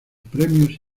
premios